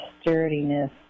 sturdiness